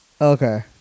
Okay